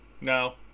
no